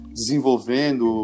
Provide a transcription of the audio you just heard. desenvolvendo